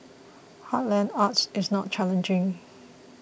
heartland arts is not challenging